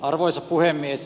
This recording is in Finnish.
arvoisa puhemies